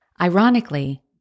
Ironically